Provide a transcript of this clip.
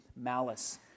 malice